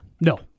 No